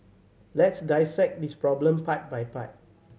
let's dissect this problem part by part